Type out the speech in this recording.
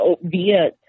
via